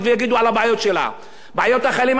בעיות החיילים המשוחררים לא מעניינות אף אחד.